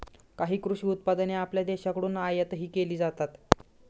काही कृषी उत्पादने आपल्या देशाकडून आयातही केली जातात